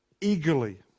eagerly